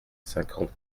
cinquante